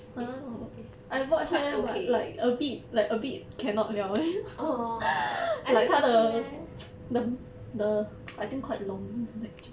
is is is quite okay oh I think okay leh